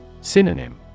Synonym